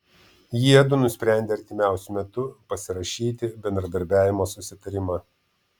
jiedu nusprendė artimiausiu metu pasirašyti bendradarbiavimo susitarimą